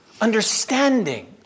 understanding